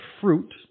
fruit